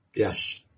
Yes